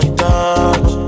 touch